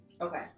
Okay